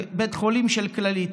ובית חולים של כללית,